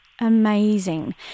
amazing